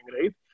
right